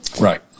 Right